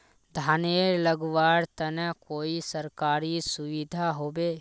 धानेर लगवार तने कोई सरकारी सुविधा होबे?